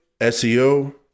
SEO